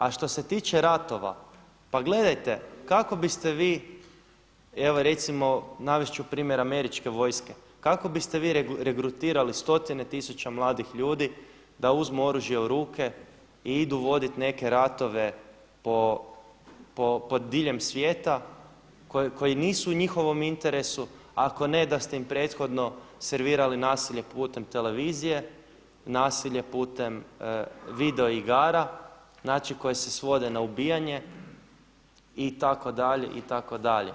A što se tiče ratova, pa gledajte, kako biste vi, evo recimo navesti ću primjer američke vojske, kako biste vi regrutirali stotine tisuća mladih ljudi da uzmu oružje u ruke i idu voditi neke ratove po diljem svijeta koji nisu u njihovom interesu a ako ne da ste im prethodno servirali nasilje putem televizije, nasilje putem video igara, znači koje se svode na ubijanje, itd., itd.